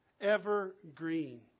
Evergreen